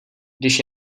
když